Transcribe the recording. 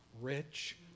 rich